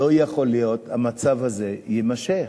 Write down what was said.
לא יכול להיות שהמצב הזה יימשך.